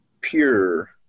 pure